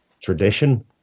tradition